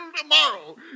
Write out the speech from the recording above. tomorrow